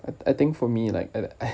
I I think for me like